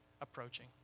approaching